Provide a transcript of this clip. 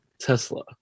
Tesla